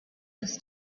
was